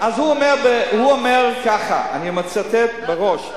הוא אומר כך, אני מצטט מהראש,